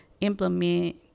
implement